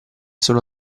sono